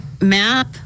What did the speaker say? Map